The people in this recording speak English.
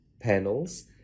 panels